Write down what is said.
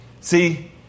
See